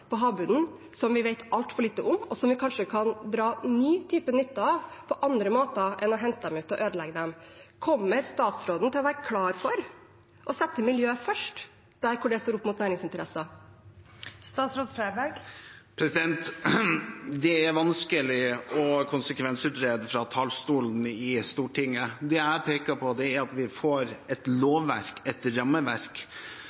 på de unike miljøene på havbunnen som vi vet altfor lite om, og som vi kanskje kan dra ny type nytte av på andre måter enn å hente dem ut og ødelegge dem. Kommer statsråden til å være klar for å sette miljøet først der det står opp mot næringsinteresser? Det er vanskelig å konsekvensutrede fra talerstolen i Stortinget. Det jeg peker på, er at vi får et